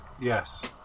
Yes